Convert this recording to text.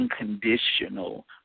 unconditional